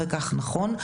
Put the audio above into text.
וכך נכון.